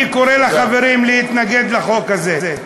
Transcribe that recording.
אני קורא לחברים להתנגד לחוק הזה.